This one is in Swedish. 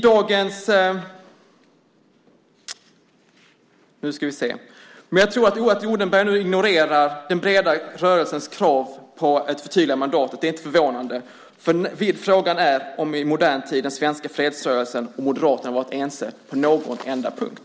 Det är inte förvånande att Odenberg ignorerar den breda rörelsens krav på ett förtydligande av mandatet. Frågan är om den svenska fredsrörelsen och Moderaterna i modern tid har varit ense på någon enda punkt.